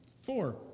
four